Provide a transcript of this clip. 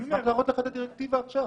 אני יכול להראות לך את הדירקטיבה עכשיו.